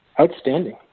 Outstanding